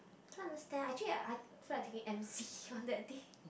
don't understand actually I I so I'm taking M_C on that day